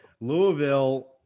Louisville